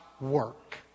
work